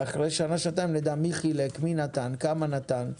ואחרי שנה-שנתיים נדע מי חילק, מי נתן, כמה נתן.